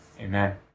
amen